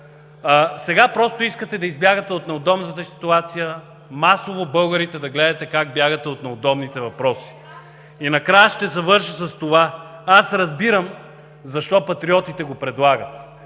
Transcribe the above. сега просто искате да избягате от неудобната ситуация, масово българите да гледат как бягате от неудобните въпроси. И накрая ще завърша с това. Аз разбирам защо патриотите го предлагат,